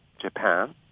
Japan